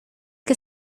que